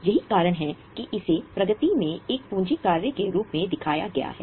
यही कारण है कि इसे प्रगति में एक पूंजी कार्य के रूप में दिखाया गया है